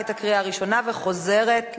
התשע"ב 2011,